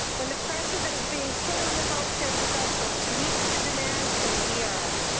when the pressure that is being put on the health care professionals to meet the demands in the e r.